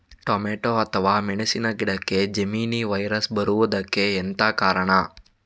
Tomato ಅಥವಾ ಮೆಣಸಿನ ಗಿಡಕ್ಕೆ ಜೆಮಿನಿ ವೈರಸ್ ಬರುವುದಕ್ಕೆ ಎಂತ ಕಾರಣ?